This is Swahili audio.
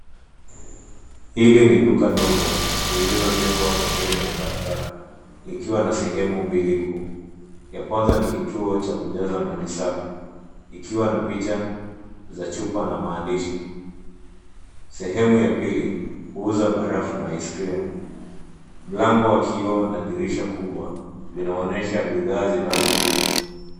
Hili ni duka dogo lililojengwa pembeni mwa barabara, likiwa na sehemu mbili kuu, ya kwanza ni kituo cha kujaza maji safi, ikiwa na picha za chupa na maandishi, sehemu ya pili, huuza barafu na aiskrimu. Mlango wa kioo na dirisha kubwa, vinaonyesha bidhaa zinazouzwa.